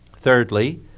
Thirdly